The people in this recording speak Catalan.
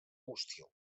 hostil